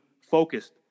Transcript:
focused